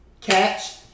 catch